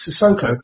Sissoko